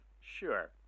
Sure